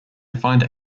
find